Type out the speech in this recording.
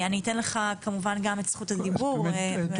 אני אתן לך כמובן גם את זכות הדיבור, בבקשה.